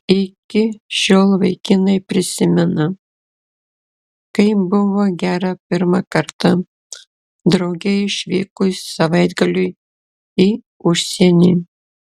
iki šiol vaikinai prisimena kaip buvo gera pirmą kartą drauge išvykus savaitgaliui į užsienį